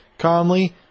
Conley